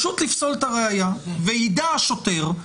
ידע השוטר,